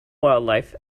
wildlife